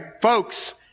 folks